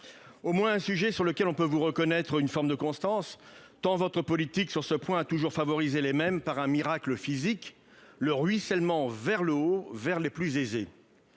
au moins un sujet sur lequel on peut vous reconnaître une forme de constance, tant votre politique sur ce point a toujours favorisé les mêmes, par un miracle physique : le ruissellement vers le haut, vers les plus aisés